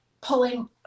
pulling